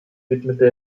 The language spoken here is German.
widmete